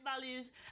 values